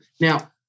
Now